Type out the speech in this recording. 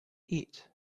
eat